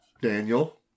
Daniel